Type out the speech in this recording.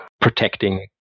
protecting